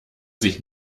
sich